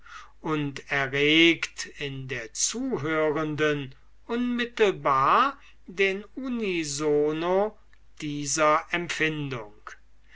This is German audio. und erregt in der zuhörenden unmittelbar den unisono dieser empfindung